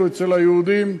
אצלנו, אצל היהודים,